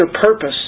purpose